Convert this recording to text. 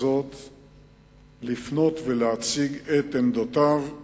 לפנות ולהציג את עמדותיו בדרך כזאת.